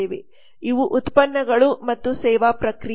ಇವು ಉತ್ಪನ್ನಗಳು ಮತ್ತು ಸೇವಾ ಪ್ರಕ್ರಿಯೆ